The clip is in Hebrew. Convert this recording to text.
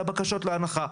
את הבקשות להנחה.